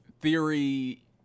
Theory